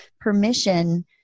permission